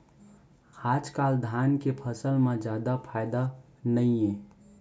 आजकाल धान के फसल म जादा फायदा नइये